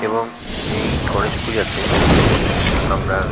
এবং এই গণেশ পুজোতে আমরা